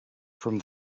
from